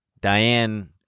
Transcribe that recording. Diane